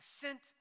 sent